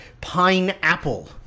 pineapple